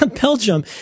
Belgium